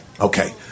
okay